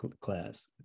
class